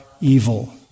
Evil